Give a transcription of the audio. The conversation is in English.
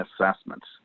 assessments